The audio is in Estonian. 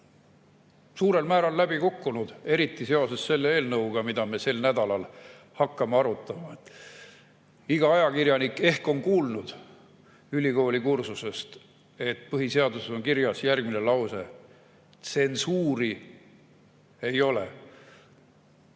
suurel määral läbi kukkunud, eriti seoses selle eelnõuga, mida me sel nädalal arutama hakkame. Iga ajakirjanik on ehk kuulnud ülikoolikursusel, et põhiseaduses on kirjas järgmine lause: "Tsensuuri ei ole."